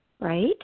Right